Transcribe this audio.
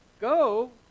go